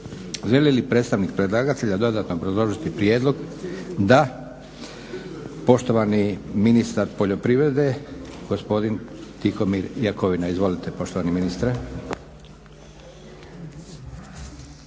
Želi li predstavnik predlagatelja dodatno obrazložiti prijedlog? Da. Poštovani ministar poljoprivrede gospodin Tihomir Jakovina. Izvolite poštovani ministre.